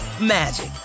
magic